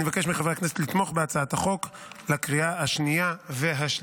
אני מבקש מחברי הכנסת לתמוך בהצעת החוק לקריאה השנייה והשלישית.